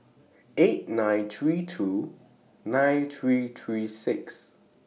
eight nine three two nine three three six